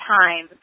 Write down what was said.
time